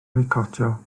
foicotio